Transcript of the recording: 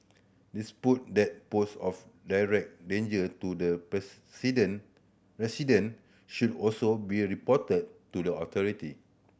dispute that pose of direct danger to the resident should also be reported to the authority